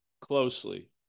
closely